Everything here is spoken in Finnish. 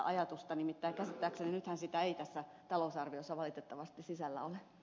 nimittäin käsittääkseni nythän sitä ei tässä talousarviossa valitettavasti sisällä